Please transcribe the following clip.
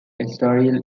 estoril